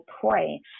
pray